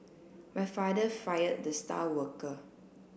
my father fired the star worker